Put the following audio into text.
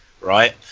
right